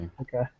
Okay